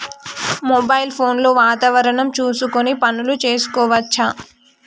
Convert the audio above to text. Mobile phone లో వాతావరణం చూసుకొని పనులు చేసుకోవచ్చా?